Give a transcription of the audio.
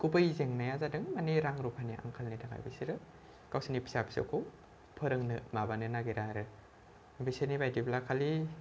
गुबै जेंनाया जादों माने रां रुफानि आंखालनि थाखाय बिसोरो गावसोरनि फिसा फिसौखौ फोरोंनो माबानो नागिरा आरो बिसोरनि बायदिब्ला खालि